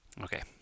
Okay